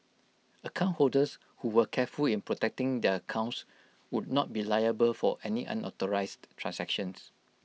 account holders who were careful in protecting their accounts would not be liable for any unauthorised transactions